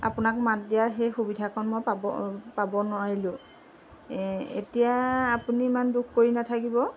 আপোনাক মাত দিয়াৰ সেই সুবিধাকণ মই পাব পাব নোৱাৰিলোঁ এতিয়া আপুনি ইমান দুখ কৰি নাথাকিব